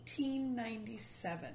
1897